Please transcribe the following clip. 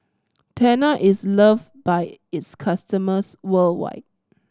tena is loved by its customers worldwide